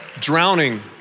Drowning